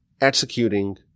executing